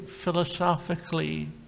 philosophically